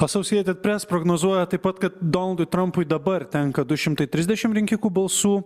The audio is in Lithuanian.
associated press prognozuoja taip pat kad donaldui trampui dabar tenka du šimtai trisdešim rinkikų balsų